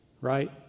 right